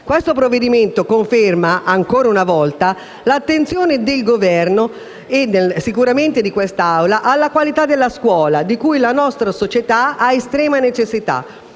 Questo provvedimento conferma ancora una volta l'attenzione del Governo, e sicuramente di quest'Aula, alla qualità della scuola di cui la nostra società ha estrema necessità;